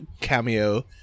cameo